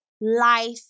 life